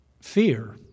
fear